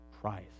Christ